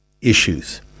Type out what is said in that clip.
issues